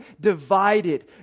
divided